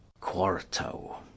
quarto